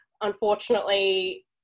unfortunately